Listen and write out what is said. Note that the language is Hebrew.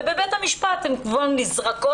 ובבית המשפט הן כבר נזרקות.